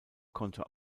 konnte